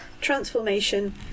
transformation